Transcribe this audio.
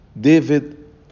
David